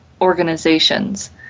organizations